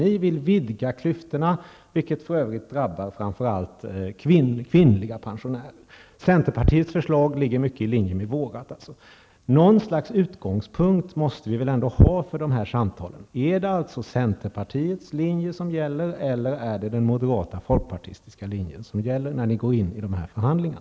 Ni vill vidga klyftorna, vilket drabbar framför allt kvinnliga pensionärer. Centerpartiets förslag ligger mycket i linje med vårt förslag. Något slags utgångspunkt måste ni väl ändå ha för dessa samtal? Är det centerpartiets linje som gäller eller är det den moderata och folkpartistiska linjen som gäller när ni går in i dessa förhandlingar?